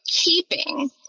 keeping